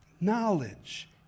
knowledge